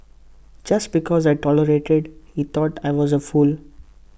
just because I tolerated he thought I was A fool